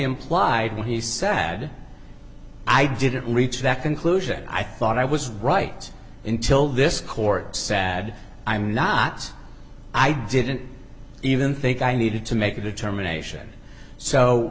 implied when he said i had i didn't reach that conclusion i thought i was right intil this court sad i'm not i didn't even think i needed to make a determination so